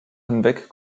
hinweg